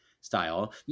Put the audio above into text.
style